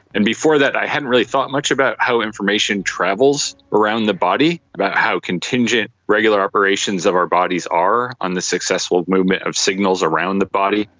and before that i hadn't really thought much about how information travels around the body, about how contingent regular operations of our bodies are on the successful movement of signals around the body,